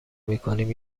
میکنیم